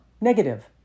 Negative